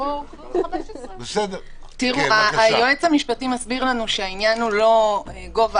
או 15. היועץ המשפטי מסביר לנו שהעניין הוא לא גובה